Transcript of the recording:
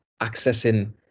accessing